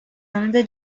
another